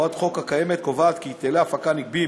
הוראת החוק הקיימת קובעת כי היטלי הפקה נגבים